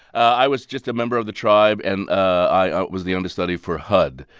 i was just a member of the tribe, and i ah was the understudy for hud.